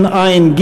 3)